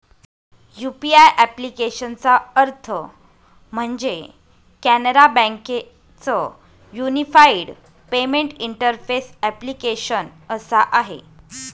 UPI ॲप्लिकेशनचा अर्थ म्हणजे, कॅनरा बँके च युनिफाईड पेमेंट इंटरफेस ॲप्लीकेशन असा आहे